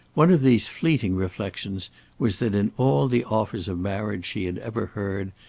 one of these fleeting reflections was that in all the offers of marriage she had ever heard,